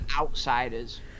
outsiders